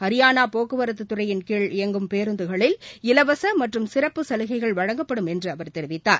ஹரியானா போக்குவரத்துத்துறையின்கீழ் இயங்கும் பேருந்துகளில் இலவச மற்றும் சிறப்பு சலுகைகள் வழங்கப்படும் என்று அவர் தெரிவித்தார்